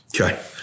Okay